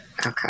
Okay